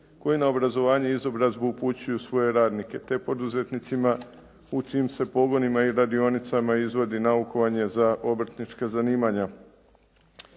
koji na obrazovanje i izobrazbu upućuju svoje radnike, te poduzetnicima u čijim se pogonima i radionicama izvodi naukovanje za obrtnička zanimanja.